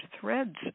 threads